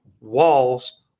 walls